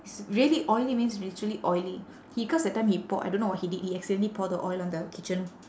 it's really oily means literally oily he cause that time he pour I don't know what he did he accidentally pour the oil on the kitchen